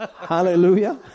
Hallelujah